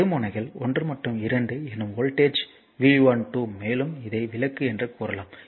இந்த இரு முனைகள் 1 மற்றும் 2 எனும் வோல்ட்டேஜ் V12 மேலும் இதை விளக்கு என்று கூறலாம்